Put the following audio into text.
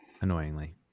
annoyingly